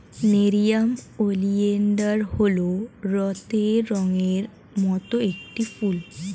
nerium oleander হল রক্তের রঙের মত একটি ফুল